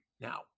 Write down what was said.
now